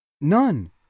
none